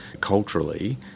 culturally